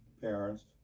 parents